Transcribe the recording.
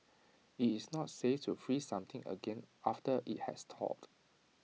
IT is not safe to freeze something again after IT has thawed